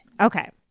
okay